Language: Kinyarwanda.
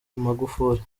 magufuli